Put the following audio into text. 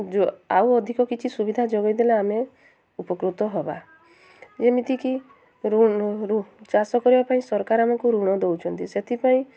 ଆଉ ଅଧିକ କିଛି ସୁବିଧା ଯୋଗାଇ ଦେଲେ ଆମେ ଉପକୃତ ହେବା ଯେମିତିକି ଚାଷ କରିବା ପାଇଁ ସରକାର ଆମକୁ ଋଣ ଦଉଛନ୍ତି ସେଥିପାଇଁ